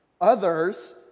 Others